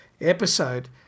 episode